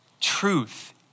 Truth